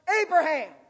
Abraham